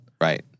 Right